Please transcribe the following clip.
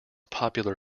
popular